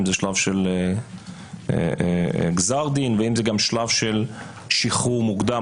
אם זה שלב של גזר דין ואם זה שלב של שחרור מוקדם